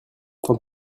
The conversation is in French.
tant